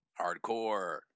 Hardcore